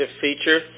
feature